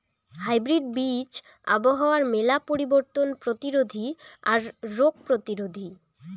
hybrid বীজ আবহাওয়ার মেলা পরিবর্তন প্রতিরোধী আর রোগ প্রতিরোধী